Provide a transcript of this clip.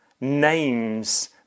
names